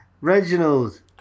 Reginald